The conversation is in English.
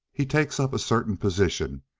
he takes up a certain position.